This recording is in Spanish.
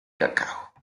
cacao